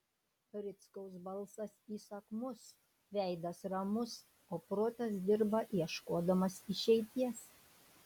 rickaus balsas įsakmus veidas ramus o protas dirba ieškodamas išeities